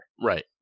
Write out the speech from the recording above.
Right